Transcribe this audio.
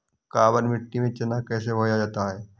काबर मिट्टी में चना कैसे उगाया जाता है?